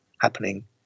happening